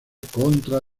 contra